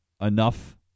enough